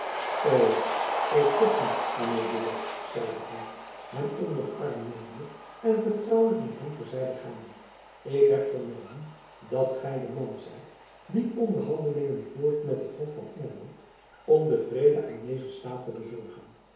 ik zocht u mijn heer buat zeide hy hem onder den arm nemende en vertrouwelijk met hem ter zijde gaande ik heb vernomen dat gy de man zijt die onderhandelingen voert met het hof van engeland om den vrede aan dezen staat te bezorgen